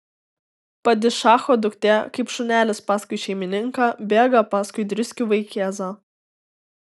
padišacho duktė kaip šunelis paskui šeimininką bėga paskui driskių vaikėzą